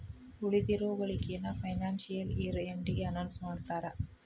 ಉಳಿದಿರೋ ಗಳಿಕೆನ financial year ಎಂಡಿಗೆ ಅನೌನ್ಸ್ ಮಾಡ್ತಾರಾ